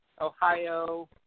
Ohio